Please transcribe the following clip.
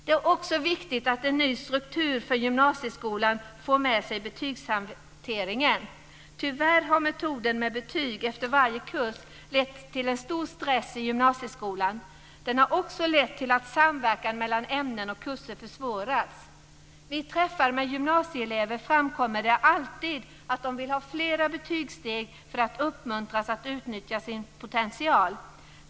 Det är också viktigt att en ny struktur för gymnasieskolan får med sig betygshanteringen. Tyvärr har metoden med betyg efter varje kurs lett till en stor stress i gymnasieskolan. Den har också lett till att samverkan mellan ämnen och kurser försvårats. Vid träffar med gymnasieelever framkommer det alltid att de vill ha flera betygssteg för att uppmuntras att utnyttja sin potential.